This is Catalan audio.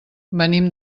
venim